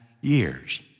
years